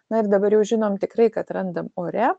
na ir dabar jau žinom tikrai kad randam ore